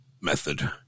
method